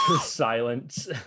Silence